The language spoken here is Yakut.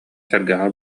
сэргэҕэ